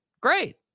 great